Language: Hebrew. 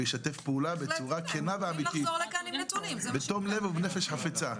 וישתף פעולה בצורה כנה ואמיתית בתום לב ובנפש חפצה.